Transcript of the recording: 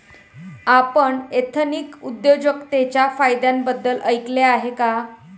आपण एथनिक उद्योजकतेच्या फायद्यांबद्दल ऐकले आहे का?